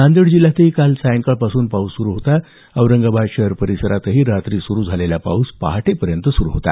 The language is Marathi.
नांदेड जिल्ह्यातही काल सायंकाळपासून पाऊस सुरू होता औरंगाबाद शहर परिसरातही रात्री सुरू झालेला पाऊस पहाटेपर्यंत सुरू होता